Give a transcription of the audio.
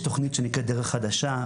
יש תוכנית שנקראת: דרך חדשה,